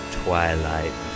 twilight